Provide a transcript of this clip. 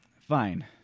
Fine